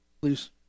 please